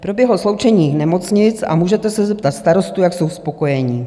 Proběhlo sloučení nemocnic a můžete se zeptat starostů, jak jsou spokojení.